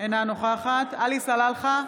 אינה נוכחת עלי סלאלחה,